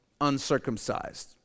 uncircumcised